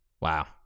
Wow